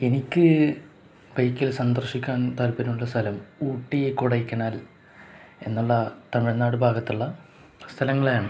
എനിക്ക് ബൈക്കിൽ സന്ദർശിക്കാൻ താല്പര്യമുള്ള സ്ഥലം ഊട്ടി കൊടൈക്കനാൽ എന്നുള്ള തമിഴ്നാട് ഭാഗത്തുള്ള സ്ഥലങ്ങളെയാണ്